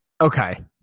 Okay